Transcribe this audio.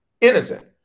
innocent